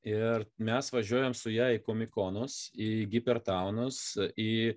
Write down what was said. ir mes važiuojam su ja į komikonus į hipertaunus į